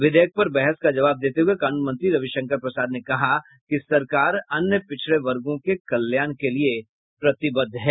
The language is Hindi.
विधेयक पर बहस का जवाब देते हुए कानून मंत्री रवि शंकर प्रसाद ने कहा कि सरकार अन्य पिछड़े वर्गों के कल्याण के लिए प्रतिबद्ध है